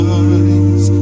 eyes